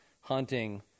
hunting